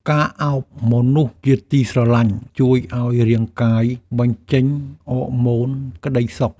ការអោបមនុស្សជាទីស្រឡាញ់ ជួយឱ្យរាងកាយបញ្ចេញអរម៉ូនក្ដីសុខ។